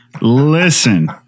listen